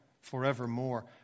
forevermore